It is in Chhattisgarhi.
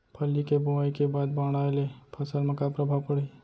फल्ली के बोआई के बाद बाढ़ आये ले फसल मा का प्रभाव पड़ही?